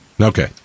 Okay